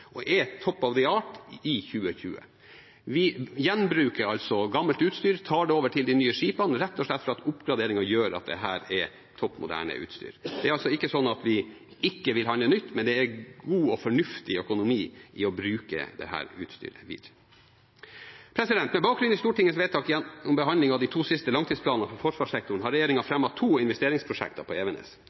og vil være «top of the art» i 2020. Vi gjenbruker altså gammelt utstyr, tar det over til de nye skipene, rett og slett fordi oppgraderingen gjør at dette er topp moderne utstyr. Det er altså ikke slik at vi ikke vil handle nytt, men det er god og fornuftig økonomi i å bruke dette utstyret videre. Med bakgrunn i Stortingets vedtak ved behandlingen av de to siste langtidsplanene for forsvarssektoren har regjeringen fremmet to investeringsprosjekter på Evenes.